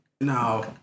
now